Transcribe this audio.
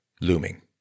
looming